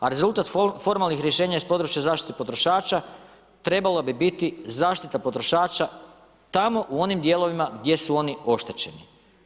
A rezultat formalnih rješenja iz područja zaštite potrošača trebalo bi biti zaštita potrošača tamo u onim dijelovima gdje su oni oštećeni.